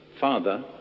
father